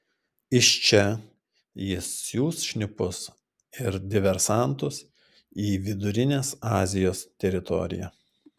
iš čia jis siųs šnipus ir diversantus į vidurinės azijos teritoriją